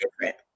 different